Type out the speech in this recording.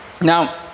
Now